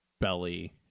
belly